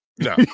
No